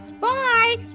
Bye